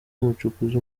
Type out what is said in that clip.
umucukuzi